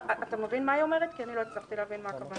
אם תצטרך נוסחה, כמובן שנשיג את הנוסחה,